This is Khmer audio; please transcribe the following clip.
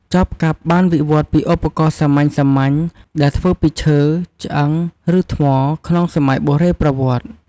ចបកាប់បានវិវត្តន៍ពីឧបករណ៍សាមញ្ញៗដែលធ្វើពីឈើ ឆ្អឹង ឬថ្ម ក្នុងសម័យបុរេប្រវត្តិ។